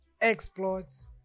Exploits